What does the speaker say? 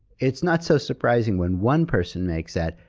it's not so surprising when one person makes that,